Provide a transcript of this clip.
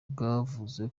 bwavuze